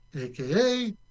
aka